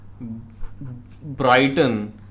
Brighton